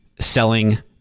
selling